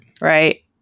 Right